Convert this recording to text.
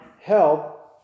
help